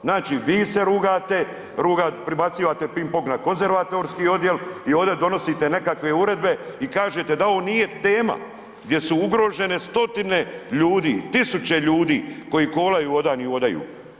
Znači, vi se rugate, pribacivate ping pong na konzervatorijski odjel i ovdje donosite nekakve uredbe i kažete da ovo nije tema gdje su ugrožene stotine ljudi, tisuće ljudi koji kolaju ovdan i odaju.